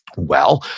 well,